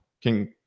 King